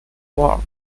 war